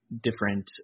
different